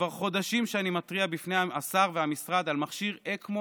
כבר חודשים שאני מתריע בפני השר והמשרד על מכשיר אקמו